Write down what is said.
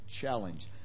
challenge